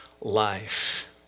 life